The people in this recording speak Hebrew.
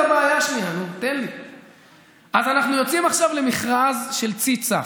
אנחנו יוצאים עכשיו למכרז של צי צף,